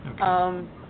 Okay